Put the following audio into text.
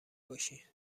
باشی